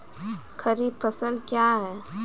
खरीफ फसल क्या हैं?